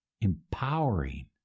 empowering